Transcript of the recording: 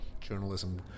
Journalism